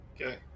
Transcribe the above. Okay